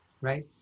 right